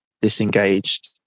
disengaged